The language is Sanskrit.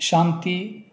शान्तिः